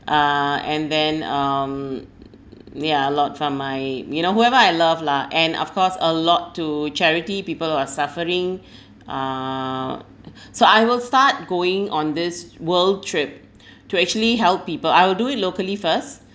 uh and then um yeah a lot for my you know whoever I love lah and of course a lot to charity people are suffering uh so I will start going on this world trip to actually help people I'll do it locally first